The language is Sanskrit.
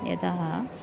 यतः